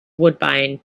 woodbine